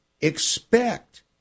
expect